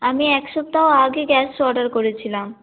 আমি এক সপ্তাহ আগে গ্যাস অর্ডার করেছিলাম